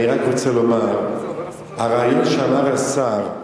אני רק רוצה לומר, הרעיון שאמר השר,